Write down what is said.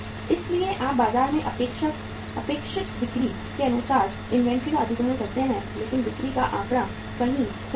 इसलिए आप बाजार में अपेक्षित बिक्री के अनुसार इन्वेंट्री का अधिग्रहण करते हैं लेकिन बिक्री का आंकड़ा कहीं खो गया है